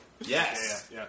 Yes